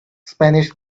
spanish